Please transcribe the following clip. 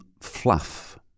fluff